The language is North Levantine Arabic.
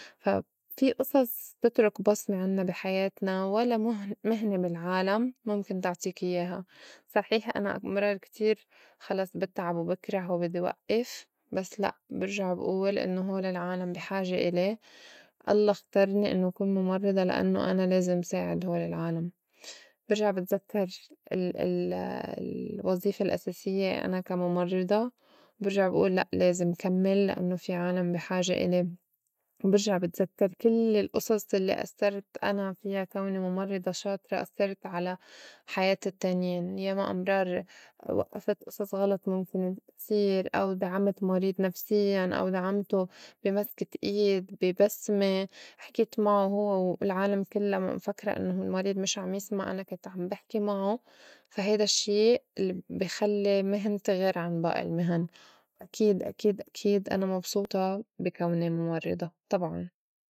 فا في إصص تترُك بصمة عنّا بي حياتنا ولا مهن مهنة بالعالم مُمكن تعطيكي إياها، صحيح أنا أمرار كتير خلص بتعب و بكره وبدّي وئّف بس لاء برجع بئول إنّو هول العالم بي حاجة إلي الله اخترني إنّو كون مُمرّضة لإنّو أنا لازم ساعد هول العالم برجع بتزكّر ال- ال- الوظيفة الأساسيّة أنا كا مُمرّضة برجع بئول لأ لازم كمّل لإنّو في عالم بي حاجة الي وبرجع بتزكّر كل الئصص الّي أسّرت أنا فيا كوني مُمرّضة شاطرة أسّرت على حياة التّانين، ياما أمرار وئّفت إصص غلط مُمكن تصير، أو دعمت مريض نفسيّاً، أو دعمتو بي مسكة إيد، بي بسمة، حكيت معو هوّ العالم مفكْرا إنّو المريض مش عم يسمع كنت عم بحكي معو، فا هيد الشّي الّي بي خلّي مهنتي غير عن بائي المهن، وأكيد أكيد أكيد أنا مبسوطة بي كوني مُمرّضة طبعاً.